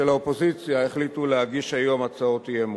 האופוזיציה החליטו להגיש היום הצעות אי-אמון.